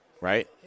Right